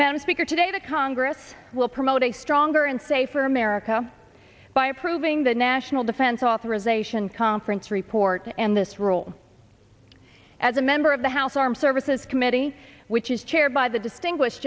men speaker today the congress will promote a stronger and safer america by approving the national defense authorization conference report and this role as a member of the house armed services committee which is chaired by the distinguished